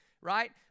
right